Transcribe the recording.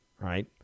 right